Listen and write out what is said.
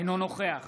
אינו נוכח